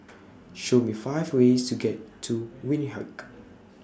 Show Me five ways to get to Windhoek